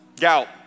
Gout